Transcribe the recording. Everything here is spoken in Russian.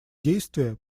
действия